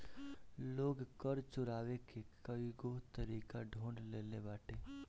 लोग कर चोरावे के कईगो तरीका ढूंढ ले लेले बाटे